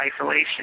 isolation